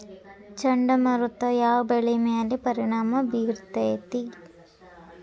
ಚಂಡಮಾರುತ ಯಾವ್ ಬೆಳಿ ಮ್ಯಾಲ್ ಪರಿಣಾಮ ಬಿರತೇತಿ?